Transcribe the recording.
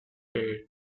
date